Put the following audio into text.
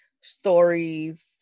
stories